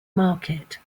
market